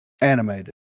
animated